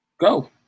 go